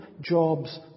Job's